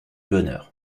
bonheur